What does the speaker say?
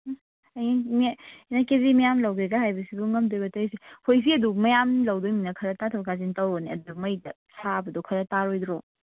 ꯎꯝ ꯑꯩꯅꯅꯦ ꯑꯩꯅ ꯀꯦꯖꯤ ꯃꯌꯥꯝ ꯂꯧꯒꯦꯒ ꯍꯥꯏꯕꯁꯤꯕꯨ ꯉꯝꯗꯣꯏꯕ ꯇꯧꯔꯤꯁꯦ ꯍꯣꯏ ꯏꯆꯦ ꯑꯗꯨ ꯃꯌꯥꯝ ꯂꯧꯗꯣꯏꯅꯤꯅ ꯈꯔ ꯇꯥꯊꯣꯛ ꯇꯥꯁꯤꯟ ꯇꯧꯕꯅꯦ ꯑꯗꯨꯗ ꯃꯩꯗ ꯁꯥꯕꯗꯣ ꯈꯔ ꯇꯥꯔꯣꯏꯗ꯭ꯔꯣ